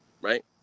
right